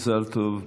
מזל טוב.